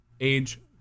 age